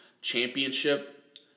championship